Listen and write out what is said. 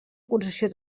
concessió